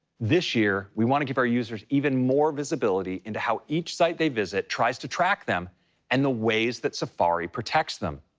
this year, we want to give our users even more visibility into how each site they visit tries to track them and the ways that safari protects them.